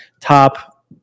top